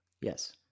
Yes